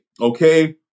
okay